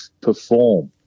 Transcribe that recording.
perform